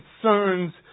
concerns